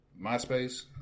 MySpace